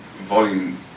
volume